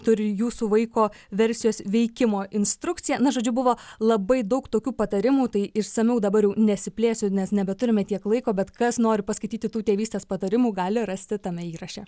turi jūsų vaiko versijos veikimo instrukciją na žodžiu buvo labai daug tokių patarimų tai išsamiau dabar nesiplėsiu nes nebeturime tiek laiko bet kas nori paskaityti tų tėvystės patarimų gali rasti tame įraše